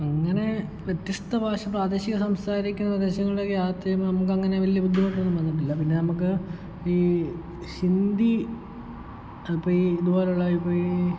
അങ്ങനെ വ്യത്യസ്ത ഭാഷ പ്രാദേശിക സംസാരിക്കുന്ന പ്രദേശങ്ങളിലേക്ക് യാത്ര ചെയ്യുമ്പോൾ നമുക്ക് അങ്ങനെ വലിയ ബുദ്ധിമുട്ട് ഒന്നും വന്നിട്ടില്ല പിന്നെ നമുക്ക് ഈ ഹിന്ദി അപ്പോൾ ഇതുപോലുള്ള ഇപ്പം ഈ